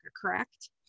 correct